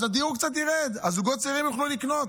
אז הדיור קצת ירד, הזוגות הצעירים יוכלו לקנות.